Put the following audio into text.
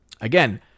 Again